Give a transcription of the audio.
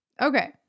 Okay